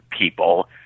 people